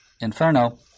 Inferno